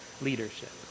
leadership